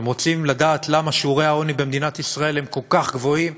אתם רוצים לדעת למה שיעורי העוני במדינת ישראל הם כל כך גבוהים?